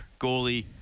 goalie